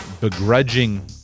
begrudging